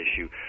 issue